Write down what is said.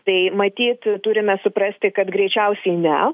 tai matyt turime suprasti kad greičiausiai ne